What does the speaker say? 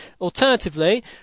alternatively